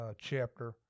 chapter